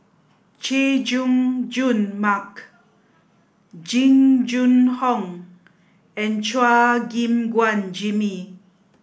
Chay Jung Jun Mark Jing Jun Hong and Chua Gim Guan Jimmy